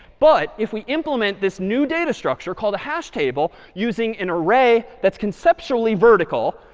but if we implement this new data structure called a hash table using an array that's conceptually vertical,